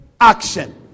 action